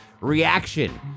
reaction